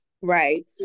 right